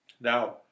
Now